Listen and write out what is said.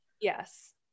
yes